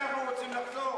לזה אנחנו רוצים לחזור?